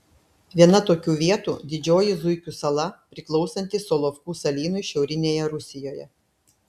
viena tokių vietų didžioji zuikių sala priklausanti solovkų salynui šiaurinėje rusijoje